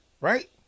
right